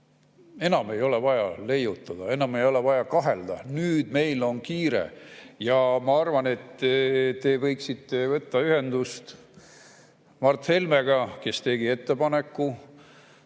enam ei ole vaja leiutada, enam ei ole vaja kahelda, nüüd meil on kiire. Ja ma arvan, et te võiksite võtta ühendust Mart Helmega, kes tegi ettepaneku